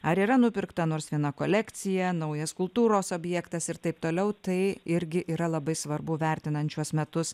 ar yra nupirkta nors viena kolekcija naujas kultūros objektas ir taip toliau tai irgi yra labai svarbu vertinant šiuos metus